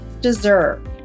deserve